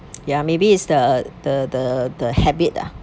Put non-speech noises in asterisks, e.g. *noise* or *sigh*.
*noise* ya maybe it's the the the the habit ah